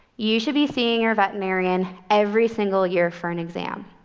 you should be seeing your veterinarian every single year for an exam.